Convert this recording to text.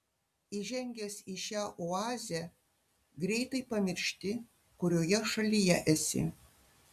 įžengęs į šią oazę greitai pamiršti kurioje šalyje esi